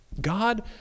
God